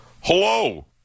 Hello